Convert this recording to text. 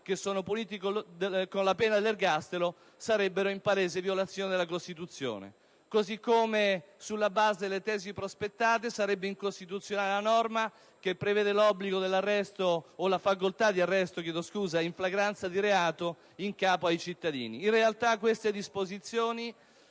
Stato puniti con la pena dell'ergastolo sarebbe in palese violazione della Costituzione. Così come, sulla base delle tesi prospettate, sarebbe incostituzionale la norma che prevede la facoltà di arresto in flagranza di reato in capo ai cittadini. In realtà, queste disposizioni